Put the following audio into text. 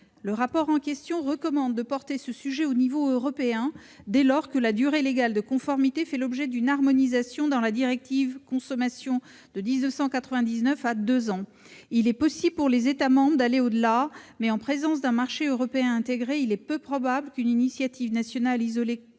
ce rapport recommande de porter ce sujet au niveau européen, dès lors que la durée de la garantie légale de conformité fait l'objet d'une harmonisation à deux ans dans la directive « consommation » de 1999. Il est possible pour les États membres d'aller au-delà, mais, eu égard à l'existence d'un marché européen intégré, il est peu probable qu'une initiative nationale isolée